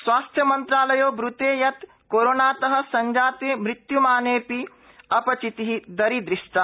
स्वास्थ्य मन्त्रालयो ब्रूते यत कोरोनातः संजाते मृत्युमानेअ अ ाचितिः दरीहष्टा